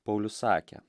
paulius sakė